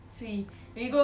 dinner mm